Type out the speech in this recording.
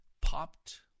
popped